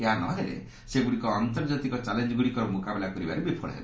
ଏହାନହେଲେ ସେଗୁଡ଼ିକ ଅନ୍ତର୍ଜାତିକ ଚାଲେଞ୍ଜ ଗୁଡ଼ିକର ମୁକାବିଲା କରିବାରେ ବିଫଳ ହେବ